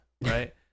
Right